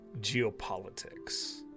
geopolitics